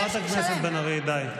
לא הייתי נותנת לך, חברת הכנסת בן ארי, די.